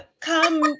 come